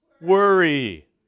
worry